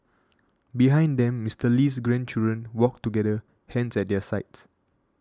behind them Mister Lee's grandchildren walked together hands at their sides